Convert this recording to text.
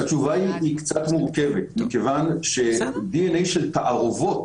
התשובה קצת מורכבת, מכיוון שדנ"א של תערובות,